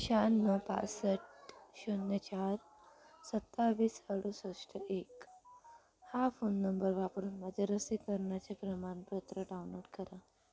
शहाण्णव पासष्ट शून्य चार सत्तावीस अडूसष्ट एक हा फोन नंबर वापरून माझे लसीकरणाचे प्रमाणपत्र डाउनलोड करा